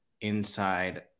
inside